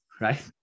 right